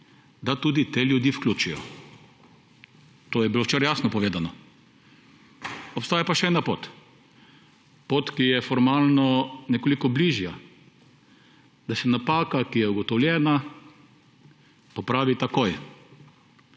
da tudi te ljudi vključijo. To je bilo včeraj jasno povedano. Obstaja pa še ena pot; pot, ki je formalno nekoliko bližja, da se napaka, ki je ugotovljena, popravi takoj.